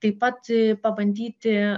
taip pat pabandyti